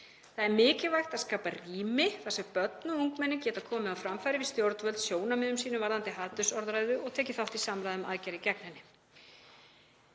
Það er mikilvægt að skapa rými þar sem börn og ungmenni geta komið á framfæri við stjórnvöld sjónarmiðum sínum varðandi hatursorðræðu og tekið þátt í samráði um aðgerðir gegn henni.